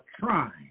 trying